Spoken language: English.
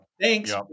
Thanks